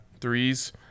threes